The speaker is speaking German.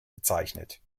bezeichnet